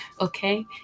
Okay